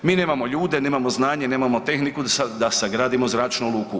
Mi nemamo ljude, nemamo znanje, nemamo tehniku da sagradimo zračnu luku.